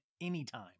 anytime